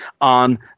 on